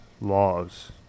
laws